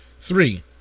Three